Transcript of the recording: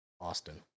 Austin